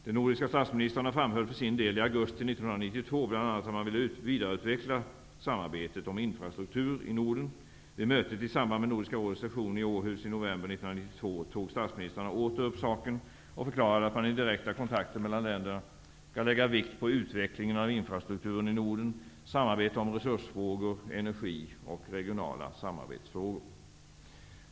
De nordiska statsministrarna framhöll för sin del i augusti 1992 bl.a. att man vill vidareutveckla samarbetet om infrastruktur i Norden. Vid mötet i samband med Nordiska rådets session i Århus i november 1992 tog statsministrarna åter upp saken och förklarade att man i direkta kontakter mellan länderna skall lägga vikt på utvecklingen av infrastrukturen i Norden, samarbete om resursfrågor, energi och regionala samarbetsfrågor.